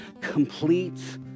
complete